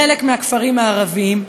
בחלק מהכפרים הערביים,